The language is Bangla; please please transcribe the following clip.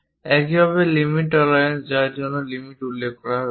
একইভাবে লিমিট টলারেন্স যার জন্য লিমিট উল্লেখ করা হয়েছে